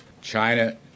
China